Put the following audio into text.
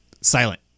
silent